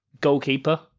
goalkeeper